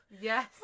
Yes